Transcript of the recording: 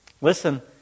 listen